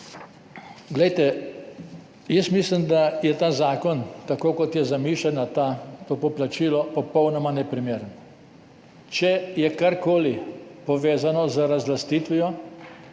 od oči. Jaz mislim, da je ta zakon, tako kot je zamišljeno to poplačilo, popolnoma neprimeren. Če je karkoli povezano z razlastitvijo,